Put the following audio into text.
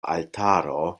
altaro